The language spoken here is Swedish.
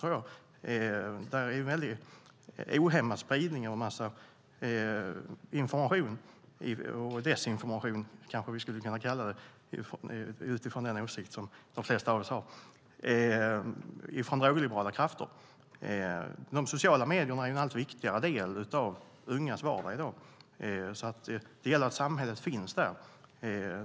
Där är det en ohämmad spridning av en massa information, eller vi kanske skulle kalla det desinformation utifrån den åsikt som de flesta av oss har, från drogliberala krafter. De sociala medierna är en allt viktigare del av de ungas vardag i dag. Det gäller att samhället finns där.